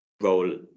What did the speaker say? role